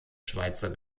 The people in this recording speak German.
schweizer